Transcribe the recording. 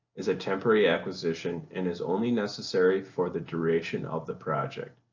is a temporary acquisition and is only necessary for the duration of the project.